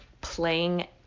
playing